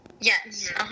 Yes